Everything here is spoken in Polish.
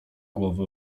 głowy